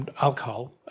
alcohol